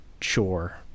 chore